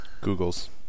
Google's